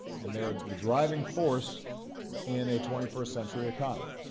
and they're the driving force in a twenty first century economy.